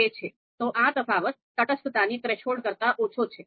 2 છે તો આ તફાવત તટસ્થતાની થ્રેશોલ્ડ કરતા ઓછો છે